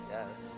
Yes